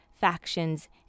factions